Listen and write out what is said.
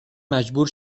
مجبور